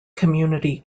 community